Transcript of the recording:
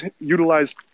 utilize